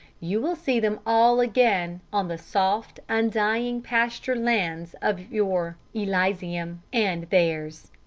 you will see them all again, on the soft undying pasture lands of your elysium and theirs.